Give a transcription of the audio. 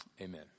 Amen